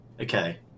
okay